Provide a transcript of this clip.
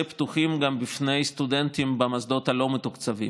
פתוחים גם בפני סטודנטים במוסדות הלא-מתוקצבים.